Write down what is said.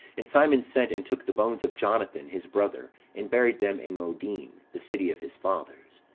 and simon sent, and took the bones of jonathan, his brother, and buried them in modin, the city of his fathers.